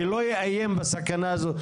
שלא יאיים בסכנה הזאת.